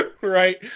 right